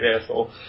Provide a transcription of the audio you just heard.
asshole